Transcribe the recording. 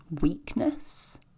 weakness